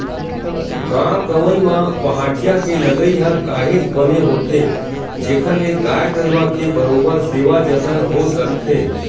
गाँव गंवई म पहाटिया के लगई ह काहेच बने होथे जेखर ले गाय गरुवा के बरोबर सेवा जतन हो सकथे